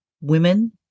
Women